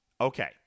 okay